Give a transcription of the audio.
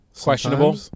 Questionable